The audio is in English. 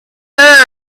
her